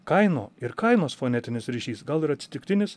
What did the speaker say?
kainų ir kainos fonetinis ryšys gal ir atsitiktinis